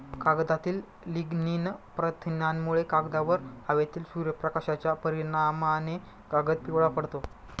कागदातील लिग्निन प्रथिनांमुळे, कागदावर हवेतील सूर्यप्रकाशाच्या परिणामाने कागद पिवळा पडतो